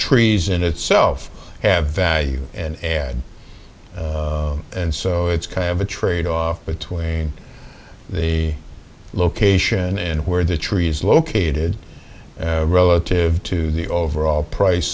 trees in itself have value and add and so it's kind of a trade off between the located and where the trees located relative to the overall price